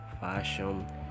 Fashion